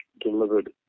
delivered